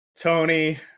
Tony